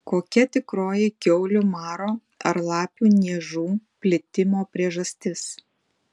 kokia tikroji kiaulių maro ar lapių niežų plitimo priežastis